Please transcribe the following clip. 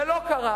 זה לא קרה.